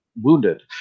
wounded